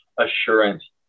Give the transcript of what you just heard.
assurance